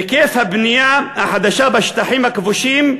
היקף הבנייה החדשה" בשטחים הכבושים,